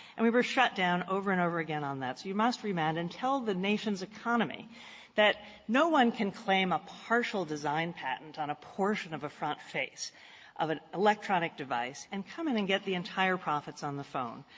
and we were shut down over and over again on you must remand and tell the nation's economy that no one can claim a partial design patent on a portion of a front face of an electronic device and come in and get the entire profits on the phone.